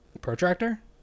protractor